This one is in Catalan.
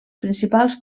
principals